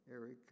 Eric